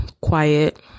quiet